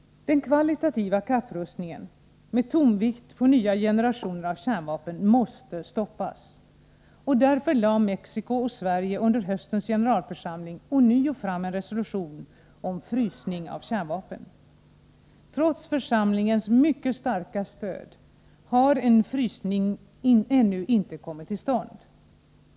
Den kvalitativa kapprustningen med tonvikt på nya generationer av kärnvapen måste stoppas. Därför lade Mexico och Sverige under höstens generalförsamling ånyo fram en resolution om frysning av kärnvapen. Trots församlingens mycket starka stöd har en frysning ännu inte kommit till stånd.